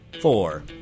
four